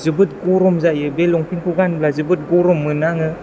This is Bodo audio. जोबोद गरम जायो बे लंफेनखौ गानोब्ला जोबोद गरम मोनो आङो